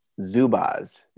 Zubaz